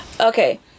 Okay